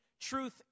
truth